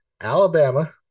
Alabama